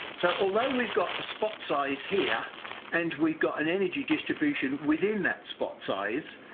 so although we've got a spot size here and we've got an energy distribution within that spot size,